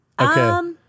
Okay